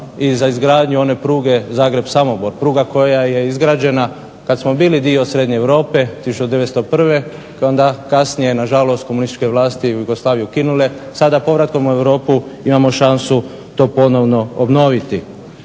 i za izgradnju one pruge Zagreb – Samobor. Pruga koja je izgrađena kad smo bili dio srednje Europe 1901. koju su onda kasnije na žalost komunističke vlasti u Jugoslaviji ukinule sada povratkom u Europu imamo šansu to ponovno obnoviti.